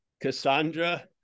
Cassandra